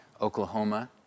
Oklahoma